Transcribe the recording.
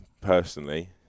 personally